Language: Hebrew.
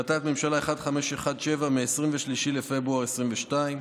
התשפ"ב 2022, מ/1517, מ-23 בפברואר 2022,